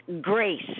grace